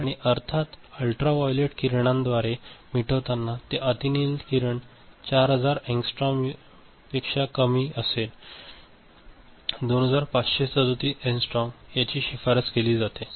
आणि अर्थात अल्ट्राव्हायोलेट किरणांद्वारे मिटवताना जे अतिनील किरण 4000 एंगस्ट्रॉमपेक्षा कमी असेल 2537 एंजस्ट्रॉम याची शिफारस केली जाते